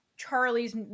charlie's